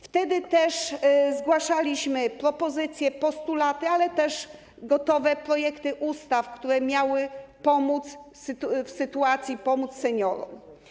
Wtedy też zgłaszaliśmy propozycje, postulaty, jak również gotowe projekty ustaw, które miały pomóc w sytuacji, pomóc seniorom.